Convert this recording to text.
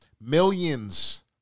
millions